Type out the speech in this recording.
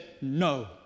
no